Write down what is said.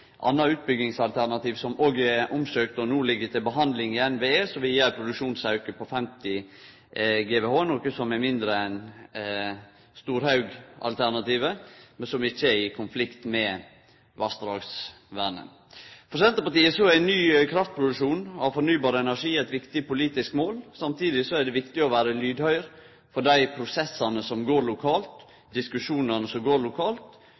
utbyggingsalternativ som det òg er søkt om, og som ligg til behandling i NVE. Det vil gje ein produksjonsauke på 50 GWh, noko som er mindre enn Storhaugen-alternativet, men som ikkje er i konflikt med vassdragsvernet. For Senterpartiet er ny kraftproduksjon av fornybar energi eit viktig politisk mål. Samtidig er det viktig å vere lydhøyr for dei prosessane og diskusjonane som går lokalt,